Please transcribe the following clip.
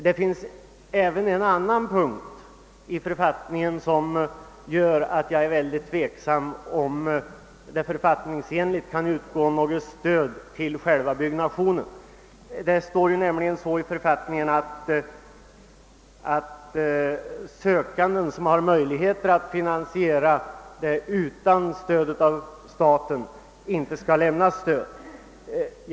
Det finns även en annan punkt i författningen som kommer mig att känna mig tveksam om huruvida det författningsenligt kan utgå något stöd till själva byggnationen. I författningen står nämligen, att sökande som har möjlighet att finansiera sitt bygge utan stöd av:staten inte skall lämnas stöd.